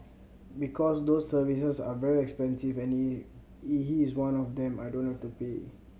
because those services are very expensive and he is one of them I don't have to pay